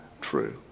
true